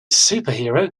superhero